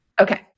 Okay